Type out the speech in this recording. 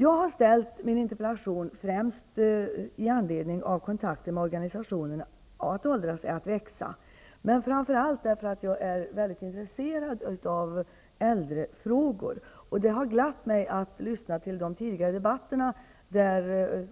Jag har ställt min interpellation med anledning av kontakter med organisationen Att åldras är att växa, men framför allt därför att jag är mycket intresserad av äldrefrågor. Det har glatt mig att lyssna till de tidigare debatterna där